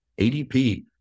ADP